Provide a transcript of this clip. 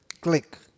click